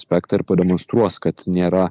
aspektą ir pademonstruos kad nėra